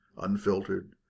Unfiltered